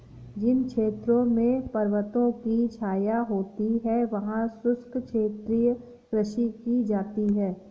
जिन क्षेत्रों में पर्वतों की छाया होती है वहां शुष्क क्षेत्रीय कृषि की जाती है